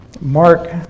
Mark